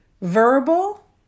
verbal